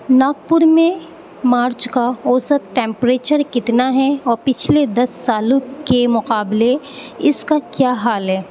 ناگپور میں مارچ کا اوسط ٹمپریچر کتنا ہے اور پچھلے دس سالوں کے مقابلے اس کا کیا حال ہے